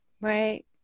Right